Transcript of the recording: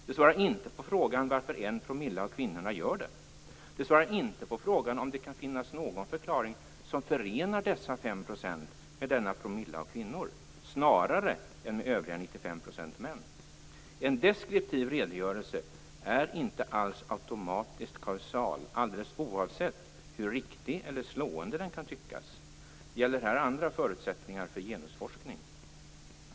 Det svarar inte på frågan varför 1 % av kvinnorna gör det. Det svarar inte på frågan om det kan finnas någon förklaring som förenar dessa 5 % med denna promille av kvinnor snarare än med övriga 95 % män. En deskriptiv redogörelse är inte alls automatiskt kausal, alldeles oavsett hur riktig eller slående den kan tyckas. Gäller här andra förutsättningar för genusforskning?